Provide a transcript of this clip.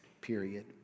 period